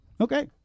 Okay